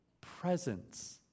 presence